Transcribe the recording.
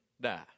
die